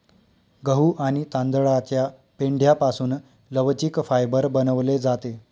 गहू आणि तांदळाच्या पेंढ्यापासून लवचिक फायबर बनवले जाते